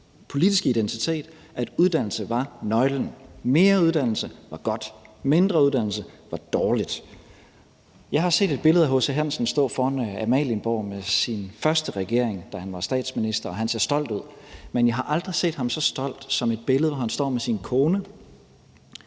politiske identitet, at uddannelse var nøglen. Mere uddannelse var godt, og mindre uddannelse var dårligt. Jeg har set et billede af H.C. Hansen stå foran Amalienborg med sin første regering, da han var statsminister, og han ser stolt ud. Men jeg har aldrig set ham så stolt som på et billede, hvor han står med sin kone